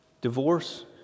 divorce